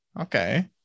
Okay